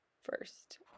first